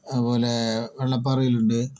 അതുപോലെ വെള്ളപ്പാറയിലുണ്ട്